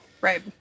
Right